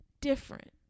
Different